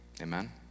Amen